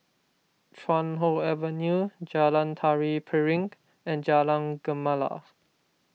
Chuan Hoe Avenue Jalan Tari Piring and Jalan Gemala